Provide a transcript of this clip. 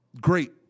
great